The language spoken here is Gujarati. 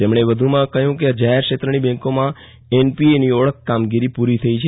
તેમણે વધુમાં કહ્યું કે જાહેરક્ષેત્રની બેંકોમાં એનપીએની ઓળખ કામગીરી પૂરી થઇ છે